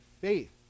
faith